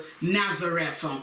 Nazareth